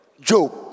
Job